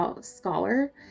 scholar